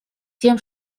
тем